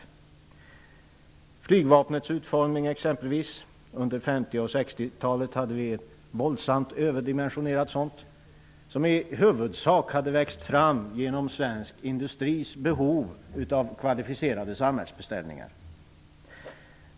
Det gäller exempelvis flygvapnets utformning. Under 50 och 60-talet hade vi ett våldsamt överdimensionerat flygvapen. Det hade i huvudsak växt fram genom svensk industris behov av kvalificerade samhällsbeställningar.